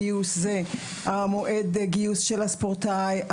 היא מועד גיוס הספורטאי,